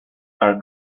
are